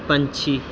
ਪੰਛੀ